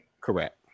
Correct